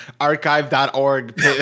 archive.org